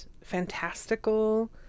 fantastical